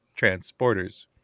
transporters